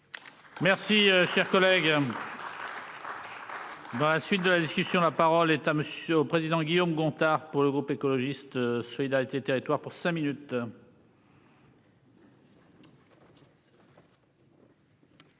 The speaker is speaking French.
Merci cher collègue. Dans la suite de la discussion, la parole est à monsieur au président Guillaume Gontard, pour le groupe écologiste solidarité et territoires pour cinq minutes.